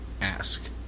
ask